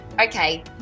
Okay